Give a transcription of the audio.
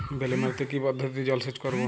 বেলে মাটিতে কি পদ্ধতিতে জলসেচ করব?